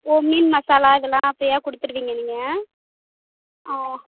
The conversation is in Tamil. ஓ மீன் மசாலா இதெல்லாம் ஃப்ரீயாக கொடுத்துடுவீங்க நீங்கள் ஆ